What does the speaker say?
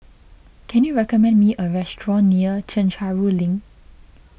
can you recommend me a restaurant near Chencharu Link